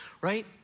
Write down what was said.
right